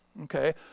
okay